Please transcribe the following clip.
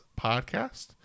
podcast